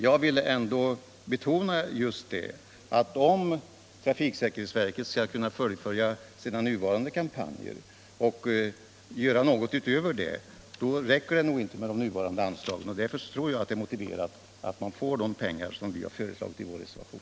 Jag vill ändå betona att om trafiksäkerhetsverket skall kunna fullfölja sina nuvarande kampanjer och göra något utöver det, räcker inte de nuvarande anslagen, och därför tror jag det är motiverat att verket får de pengar vi föreslagit i vår reservation.